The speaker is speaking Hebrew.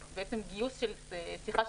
אנחנו בעצם מבקשים להוריד את המתח המובנה של השיחה,